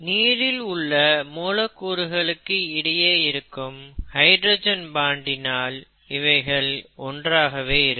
நீரில் உள்ள மூலக்கூறுகளுக்கு இடையே இருக்கும் ஹைட்ரஜன் பாண்டினால் இவைகள் ஒன்றாகவே இருக்கும்